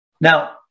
Now